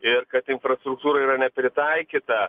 ir kad infrastruktūra yra nepritaikyta